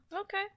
okay